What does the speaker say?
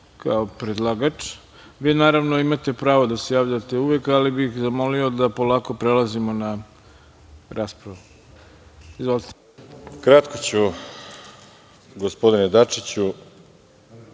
kao predlagač. Vi naravno imate pravo da se javljate uvek, ali bih zamolio da polako prelazimo na raspravu. Izvolite. **Veroljub Arsić**